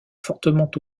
fortement